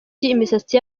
imisatsi